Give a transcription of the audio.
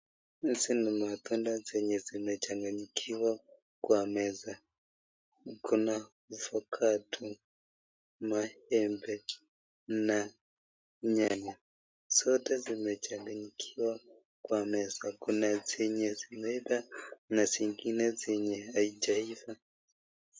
Hizi ni matunda zenye zimechanganyikiwa kwa meza. Kuna avocado, maembe na nyanya. Zote zimechanganyikiwa kwa meza. Kuna zenye zimeiva na zingine zenye haijaiva.